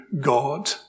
God